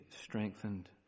strengthened